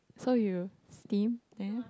so you steam ya